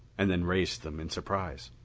and then raised them in surprise.